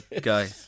guy